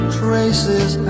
traces